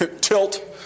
tilt